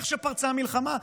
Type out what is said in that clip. איך שפרצה המלחמה,